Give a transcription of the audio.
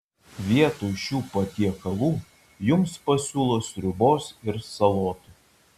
vietoj šių patiekalų jums pasiūlo sriubos ir salotų